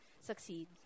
succeed